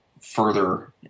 further